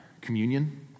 communion